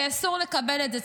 אסור לקבל את זה.